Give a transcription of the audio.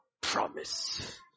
promise